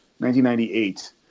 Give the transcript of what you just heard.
1998